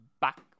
back